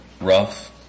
rough